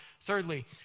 Thirdly